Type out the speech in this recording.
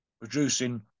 producing